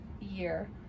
year